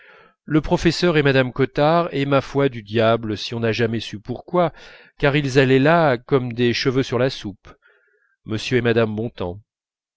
le professeur et mme cottard et ma foi du diable si on a jamais su pourquoi car ils allaient là comme des cheveux sur la soupe m et mme